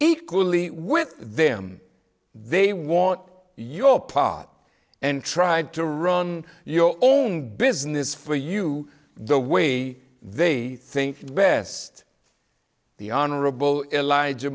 equally with them they want your pot and tried to run your own business for you the way they think best the honorable elijah